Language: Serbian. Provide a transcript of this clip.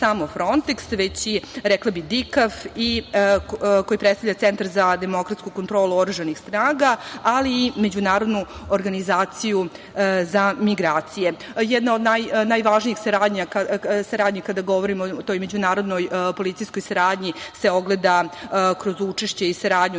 samo "Fronteks", već i rekla bih "Dikaf" koji predstavlja Centar za demokratsku kontrolu oružanih snaga, ali i Međunarodnu organizaciju za migracije. Jedna od najvažnijih saradnji kada govorimo o toj međunarodnoj policijskoj saradnji se ogleda kroz učešće i saradnju